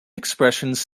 expressions